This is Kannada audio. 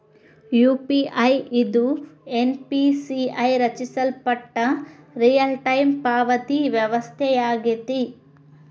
ಯು.ಪಿ.ಐ ಇದು ಎನ್.ಪಿ.ಸಿ.ಐ ರಚಿಸಲ್ಪಟ್ಟ ರಿಯಲ್ಟೈಮ್ ಪಾವತಿ ವ್ಯವಸ್ಥೆಯಾಗೆತಿ